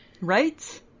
Right